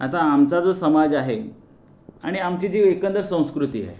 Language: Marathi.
आता आमचा जो समाज आहे आणि आमची जी एकंदर संस्कृती आहे